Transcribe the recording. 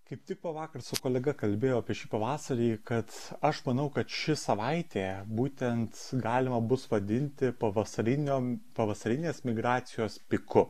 kaip tik po vakar su kolega kalbėjau apie šį pavasarį kad aš manau kad ši savaitė būtent galima bus vadinti pavasarinio pavasarinės migracijos piku